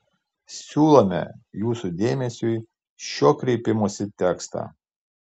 siūlome jūsų dėmesiui šio kreipimosi tekstą